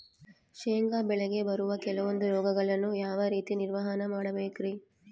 ಶೇಂಗಾ ಬೆಳೆಗೆ ಬರುವ ಕೆಲವೊಂದು ರೋಗಗಳನ್ನು ಯಾವ ರೇತಿ ನಿರ್ವಹಣೆ ಮಾಡಬೇಕ್ರಿ?